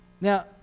Now